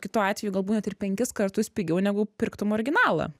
kitu atveju galbūt net ir penkis kartus pigiau negu pirktum originalą